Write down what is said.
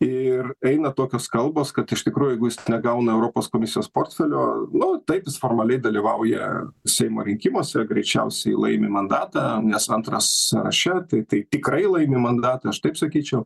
ir eina tokios kalbos kad iš tikrųjų jeigu jis negauna europos komisijos portfelio nu taip jis formaliai dalyvauja seimo rinkimuose greičiausiai laimi mandatą nes antras sąraše tai tai tikrai laimi mandatą aš taip sakyčiau